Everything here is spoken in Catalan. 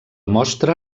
mostra